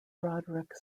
broderick